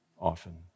often